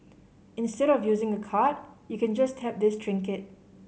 instead of using a card you can just tap this trinket